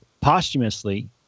posthumously